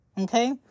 Okay